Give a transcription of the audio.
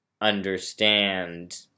understand